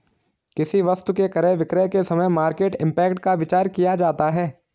किसी वस्तु के क्रय विक्रय के समय मार्केट इंपैक्ट का विचार किया जाता है